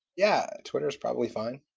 yeah, twitter is probably fine.